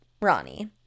Ronnie